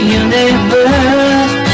universe